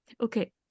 Okay